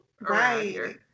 Right